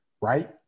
right